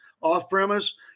off-premise